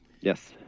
Yes